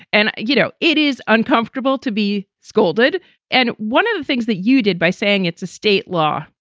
and, you know, it is uncomfortable to be scolded and one of the things that you did by saying it's a state law,